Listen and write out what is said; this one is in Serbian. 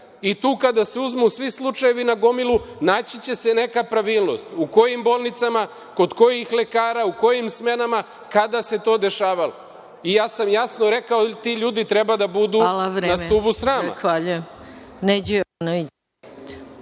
Tu kada se uzmu svi slučajevi na gomilu, naći će se neka pravilnost, u kojim bolnicama, kod kojih lekara, u kojim smenama, kada se to dešavalo. Ja sam jasno rekao - ti ljudi treba da budu na stubu srama. **Maja Gojković** Vreme. Zahvaljujem. Reč ima